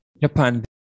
japan